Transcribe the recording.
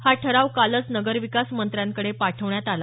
हा ठराव कालच नगर विकास मंत्र्याकडे पाठवण्यात आला